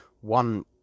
one